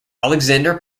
alexander